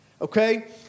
Okay